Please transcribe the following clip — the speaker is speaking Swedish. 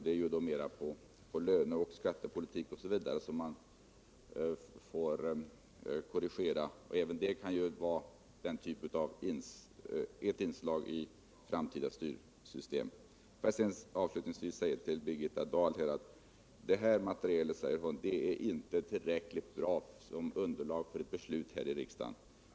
Det är mera när det gäller löne och skattepolitik osv. man får korrigera. Avslutningsvis: Birgitta Dahl säger att detta material inte är tillräckligt bra som underlag för ett beslut här i riksdagen.